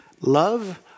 Love